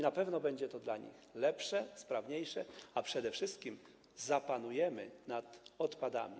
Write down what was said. Na pewno będzie to dla nich lepsze, sprawniejsze, a przede wszystkim zapanujemy nad odpadami.